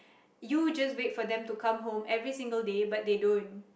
you just wait for them to come home every single day but they don't